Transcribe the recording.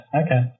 okay